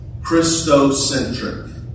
Christocentric